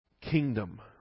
kingdom